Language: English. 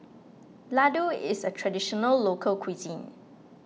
Laddu is a Traditional Local Cuisine